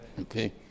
Okay